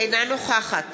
אינה נוכחת